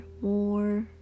more